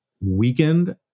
weakened